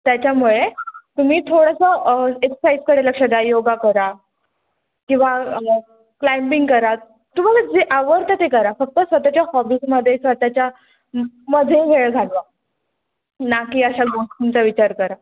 त्याच्यामुळे तुम्ही थोडंसं एक्ससाइजकडे लक्ष द्या योग करा किंवा क्लाईम्बिंग करा तुम्हाला जे आवडतं ते करा फक्त स्वतःच्या हॉबीजमध्ये स्वतःच्या मध्ये वेळ घालवा ना की अशा गोष्टींचा विचार करा